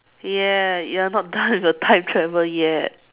ya you're not done with your time travel yet